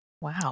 Wow